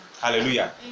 Hallelujah